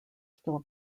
still